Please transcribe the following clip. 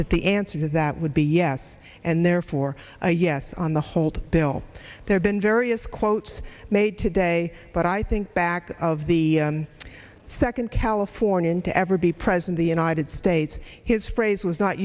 that the answer to that would be yes and therefore a yes on the hold bill there been various quotes made today but i think back of the second californian to ever be president the united states his phrase was not